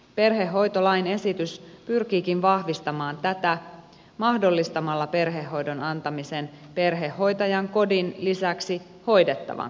perhehoitolain esitys pyrkiikin vahvistamaan tätä mahdollistamalla perhehoidon antamisen perhehoitajan kodin lisäksi hoidettavan kotona